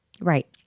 Right